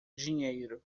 dinheiro